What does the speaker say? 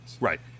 right